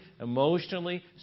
emotionally